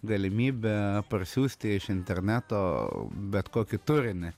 galimybę parsiųsti iš interneto bet kokį turinį